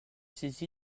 saisi